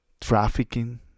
trafficking